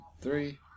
three